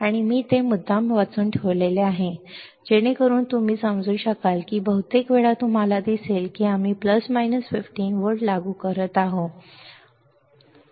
आणि मी ते मुद्दाम वाचून ठेवले आहे जेणेकरून तुम्ही समजू शकाल की बहुतेक वेळा तुम्हाला दिसेल की आम्ही प्लस वजा 15 व्होल्ट लागू करत आहोत आम्ही प्लस वजा 15 व्होल्ट लागू करत आहोत ठीक आहे